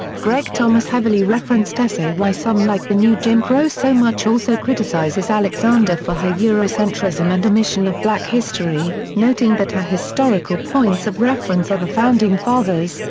greg thomas' heavily referenced essay why some like the new jim crow so much also criticizes alexander for her eurocentrism and omission of black history, noting that her historical points of reference are the founding fathers,